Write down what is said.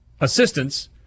assistance